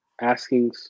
asking